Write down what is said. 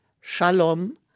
Shalom